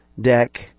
deck